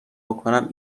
بکنم